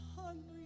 hungry